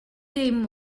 dim